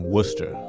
Worcester